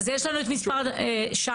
אז יש לנו את משרד, שי.